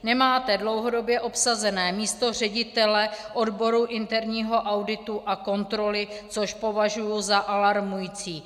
Nemáte dlouhodobě obsazené místo ředitele odboru interního auditu a kontroly, což považuji za alarmující.